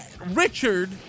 Richard